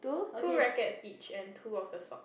two rackets each and two of the sock